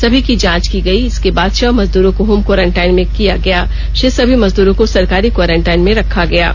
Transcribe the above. सभी की जांच की गई इसके बाद छह मजदूरों को होम क्वारंटाईन किया गया षेष सभी मजदूरों को सरकारी क्वारंटाईन में रखा गया है